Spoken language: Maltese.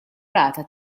rata